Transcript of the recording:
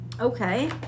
Okay